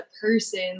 person